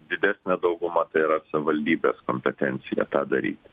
didesne dauguma tai yra savivaldybės kompetencija tą daryti